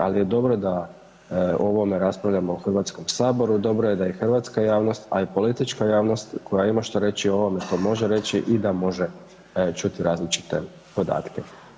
Ali je dobro da o ovome raspravljamo u HS, dobro je da je hrvatska javnost, a i politička javnost koja ima što reći o ovome to može reći da može čuti različite podatke.